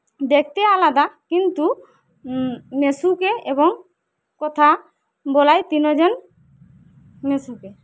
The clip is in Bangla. দেখতে আলাদা কিন্তু মিশুকে এবং কথা বলায় তিনজন মিশুকে